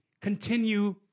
continue